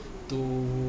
to